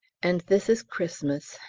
and this is christmas,